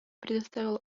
представила